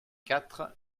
quatre